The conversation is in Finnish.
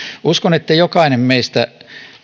uskon että jokainen meistä